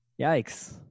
Yikes